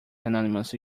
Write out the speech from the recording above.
anonymous